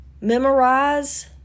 memorize